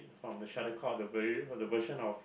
from the shuttlecock the version of